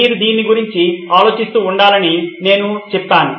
మీరు దీని గురించి ఆలోచిస్తూ ఉండాలని నేను చెప్పాను